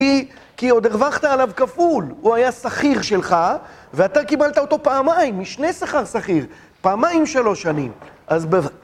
כי עוד הרווחת עליו כפול, הוא היה שכיר שלך, ואתה קיבלת אותו פעמיים, משני שכר שכיר, פעמיים שלוש שנים.